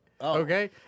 okay